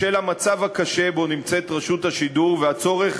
בשל המצב הקשה שבו נמצאת רשות השידור והצורך